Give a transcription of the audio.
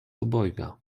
obojga